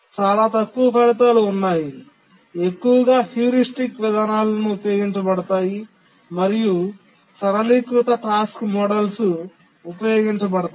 చాలా తక్కువ ఫలితాలు ఉన్నాయి ఎక్కువగా హ్యూరిస్టిక్ విధానాలు ఉపయోగించబడతాయి మరియు సరళీకృత టాస్క్ మోడల్స్ ఉపయోగించబడతాయి